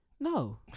No